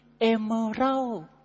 emerald